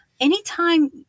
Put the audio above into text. anytime